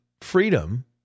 freedom